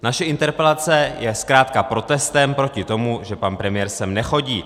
Naše interpelace je zkrátka protestem proti tomu, že pan premiér sem nechodí.